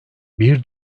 bir